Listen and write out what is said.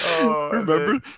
remember